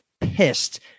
pissed